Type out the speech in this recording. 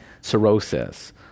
cirrhosis